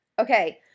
Okay